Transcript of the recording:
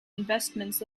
investments